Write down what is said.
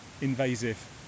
invasive